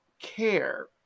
care